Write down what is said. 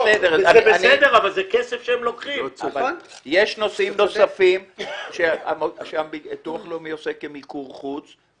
שר העבודה, הרווחה והשירותים החברתיים חיים כץ: